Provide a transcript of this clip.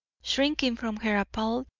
shrinking from her appalled,